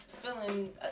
feeling